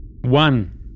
One